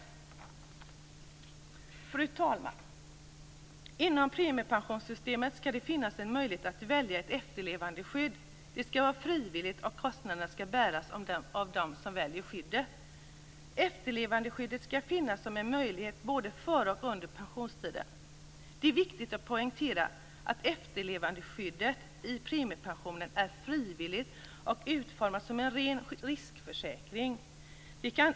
Fru talman! Inom premiepensionssystemet skall det finnas en möjlighet att välja ett efterlevandeskydd. Det skall vara frivilligt, och kostnaderna skall bäras av dem som väljer skyddet. Efterlevandeskyddet skall finnas som en möjlighet både före och under pensionstiden. Det är viktigt att poängtera att efterlevandeskyddet i premiepensionen är frivilligt och utformat som en ren riskförsäkring.